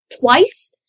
Twice